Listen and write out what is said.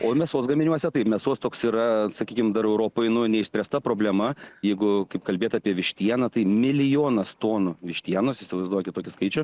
o mėsos gaminiuose tai mėsos toks yra sakykime dar europoje nuo neišspręsta problema jeigu kaip kalbėti apie vištieną tai milijonas tonų vištienos įsivaizduokit tokių skaičių